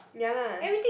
ya lah